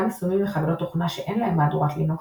גם יישומים וחבילות תוכנה שאין להם מהדורת לינוקס,